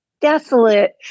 desolate